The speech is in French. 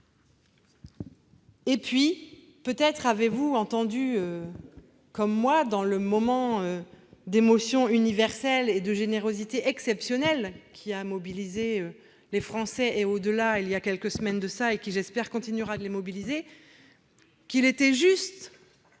En outre, peut-être avez-vous entendu, comme moi, dans le moment d'émotion universelle et de générosité exceptionnelle qui a mobilisé les Français, et pas seulement eux, et qui, je l'espère, continuera de les mobiliser, que, s'il était juste